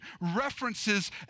references